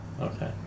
Okay